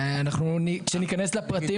ואנחנו כשניכנס לפרטים.